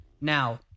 Now